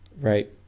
Right